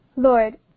Lord